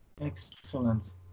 Excellent